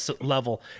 level